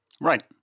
right